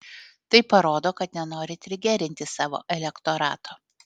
tai parodo kad nenori trigerinti savo elektorato